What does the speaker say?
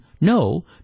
No